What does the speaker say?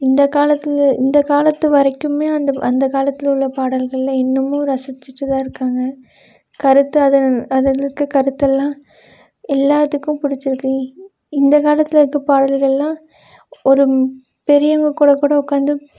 இந்தக் காலத்து இந்தக் காலத்து வரைக்குமே அந்த அந்த காலத்தில் உள்ள பாடல்களை இன்னுமும் ரசிச்சுட்டு தான் இருக்காங்க கருத்து அதன் அதில் இருக்கற கருத்தெல்லாம் எல்லாத்துக்கும் பிடிச்சிருக்குது இந்த காலத்தில் இருக்கற பாடல்களெலாம் ஒரு பெரியவங்கள் கூட கூட உட்காந்து